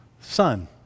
son